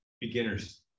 beginners